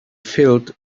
filled